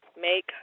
Make